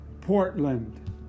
Portland